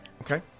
Okay